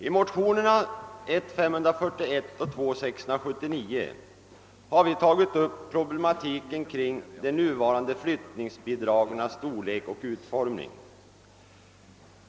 I motionerna 1I1:541 och II:679 har "vi tagit upp problematiken kring de nu varande flyttningsbidragens storlek och utformning.